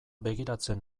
begiratzen